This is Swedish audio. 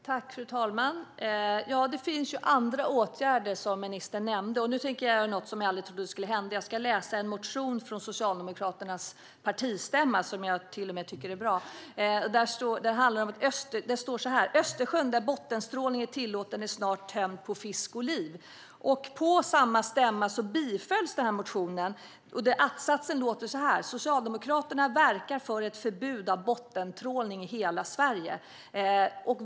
Fru talman! Det finns andra åtgärder, som ministern nämnde. Nu tänker jag göra något som jag aldrig trodde skulle hända: Jag ska läsa ur en motion från Socialdemokraternas partistämma som jag till och med tycker är bra. Det står så här: Östersjön, där bottentrålning är tillåten, är snart tömd på fisk och liv. På samma stämma bifölls motionen. Att-satsen lyder: Socialdemokraterna verkar för ett förbud av bottentrålning i hela Sverige.